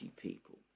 people